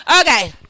Okay